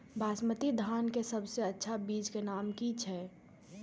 बासमती धान के सबसे अच्छा बीज के नाम की छे?